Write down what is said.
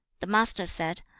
the master said,